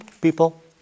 people